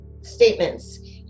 statements